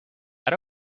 that